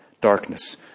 Darkness